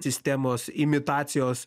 sistemos imitacijos